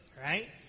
right